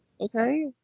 Okay